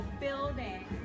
building